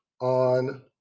on